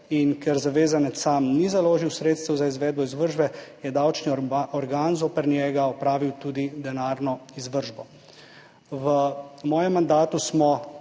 in ker zavezanec sam ni založil sredstev za izvedbo izvršbe, je davčni organ zoper njega opravil tudi denarno izvršbo. V mojem mandatu smo